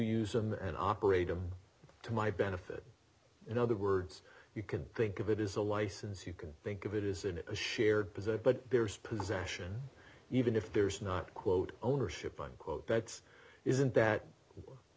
use them and operate them to my benefit in other words you can think of it is a license you can think of it is in a shared position but there's possession even if there's not quote ownership unquote that's isn't that i